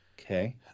Okay